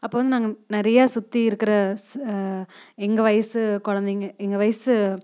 அப்போ வந்து நாங்கள் நிறையா சுற்றி இருக்கிற ச எங்கள் வயது குழந்தைங்க எங்கள் வயது